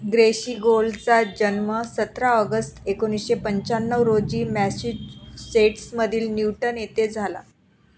ग्रेशि गोलचा जन्म सतरा ऑगस्ट एकोणीसशे पंच्याण्णव रोजी मॅसिसेट्समधील न्यूटन येथे झाला